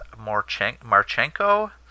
Marchenko